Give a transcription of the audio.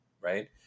right